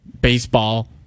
baseball